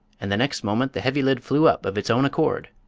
and the next moment the heavy lid flew up of its own accord!